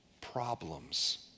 problems